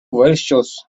valsčiaus